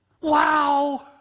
Wow